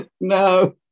no